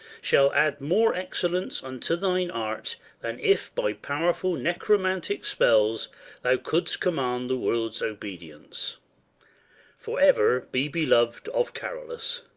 shall add more excellence unto thine art than if by powerful necromantic spells thou couldst command the world's obedience for ever be belov'd of carolus!